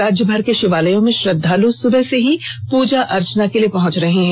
राज्यभर के षिवालयों में श्रद्धालु सुबह से ही पूजा अर्चना के लिए पहुंच रहे हैं